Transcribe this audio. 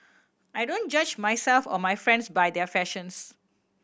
I don't judge myself or my friends by their fashions